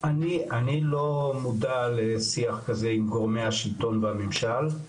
אני לא מודע לשיח כזה עם גורמי השלטון והממשל,